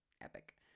epic